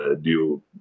due